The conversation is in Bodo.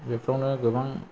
बेफ्रावनो गोबां